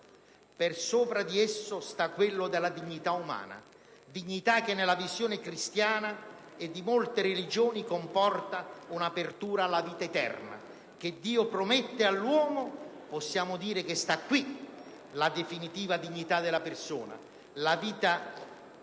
Sopra di esso sta quello della dignità umana, dignità che nella visione cristiana e di molte religioni comporta un'apertura alla vita eterna che Dio promette all'uomo. Possiamo dire che sta qui la definitiva dignità della persona. La vita fisica